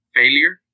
failure